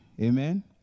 Amen